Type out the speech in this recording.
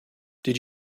did